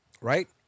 Right